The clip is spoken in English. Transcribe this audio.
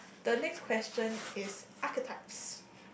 the next question is archetypes